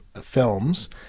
Films